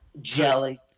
Jelly